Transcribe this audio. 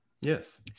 Yes